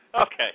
Okay